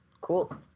cool